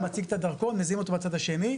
מציג את הדרכון ומזהים אותו בצד השני.